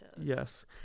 Yes